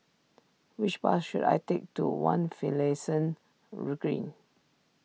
which bus should I take to one Finlayson Green